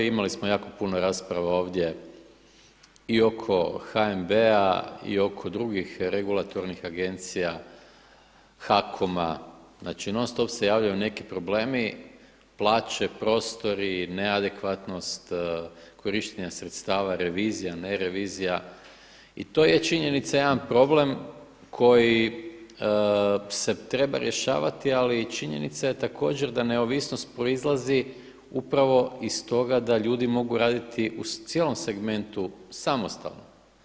Imali smo jako puno rasprava ovdje i oko HNB-a i oko drugih regulatornih agencija HAKOM-a znači non stop se javljaju neki problemi, plaće, prostori, neadekvatnost korištenja sredstava, revizija, ne revizija i to je činjenica i jedan problem koji se treba rješavati, ali činjenica je također da neovisnost proizlazi upravo iz toga da ljudi mogu raditi u cijelom segmentu samostalno.